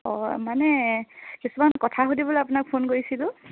অঁ মানে কিছুমান কথা সুধিবলৈ আপোনাক ফোন কৰিছিলোঁ